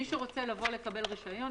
מי שרוצה לקבל רישיון,